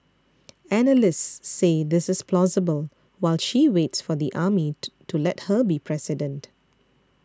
analysts say this is plausible while she waits for the army to to let her be president